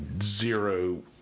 zero